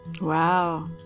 Wow